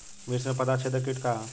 मिर्च में पता छेदक किट का है?